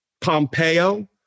Pompeo